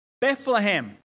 Bethlehem